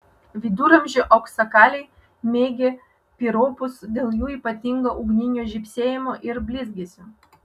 viduramžių auksakaliai mėgę piropus dėl jų ypatingo ugninio žybsėjimo ir blizgesio